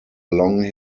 long